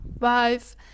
Five